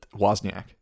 Wozniak